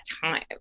time